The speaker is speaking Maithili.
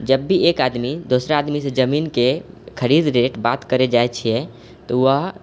जब भी एक आदमी दोसरा आदमीसँ जमीनके खरीद रेट बात करे जाइ छियै तऽ वह